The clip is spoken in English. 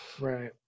Right